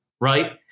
right